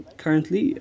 currently